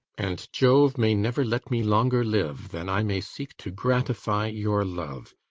and jove may never let me longer live than i may seek to gratify your love,